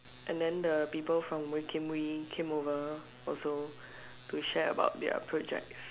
and then the people from Wee-Kim-Wee came over also to share about their projects